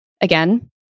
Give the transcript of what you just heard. Again